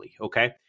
okay